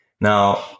Now